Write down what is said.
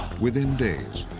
within days,